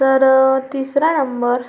तर तिसरा नंबर